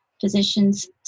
physicians